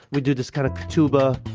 we do this kind of ketuba.